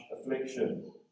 affliction